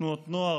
תנועות נוער,